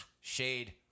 Shade